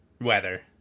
weather